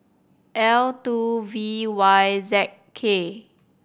L two V Y Z K